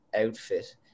outfit